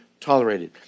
tolerated